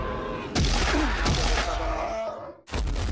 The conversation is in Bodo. मा बेब'स्था दङ उम